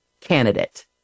candidate